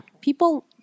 people